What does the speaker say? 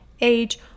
age